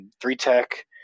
three-tech